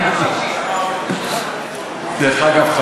דרך אגב,